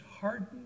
hardened